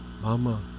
Mama